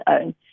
own